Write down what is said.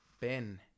Ben